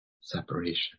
Separation